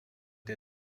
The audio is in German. der